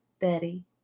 Betty